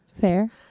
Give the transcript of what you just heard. Fair